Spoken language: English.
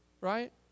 Right